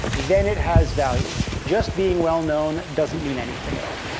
then it has value. just being well known doesn't mean anything at all.